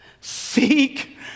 Seek